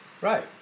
right